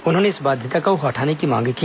उन्होंने इस बाध्यता को हटाने की मांग की